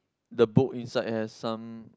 the boat inside has some